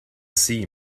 see